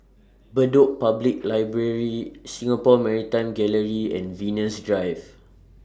Bedok Public Library Singapore Maritime Gallery and Venus Drive